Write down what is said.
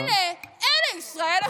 נא לרדת, אלה, אלה ישראל השנייה שלהם.